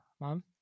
Mom